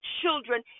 children